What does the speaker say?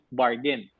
bargain